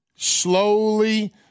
Slowly